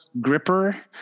gripper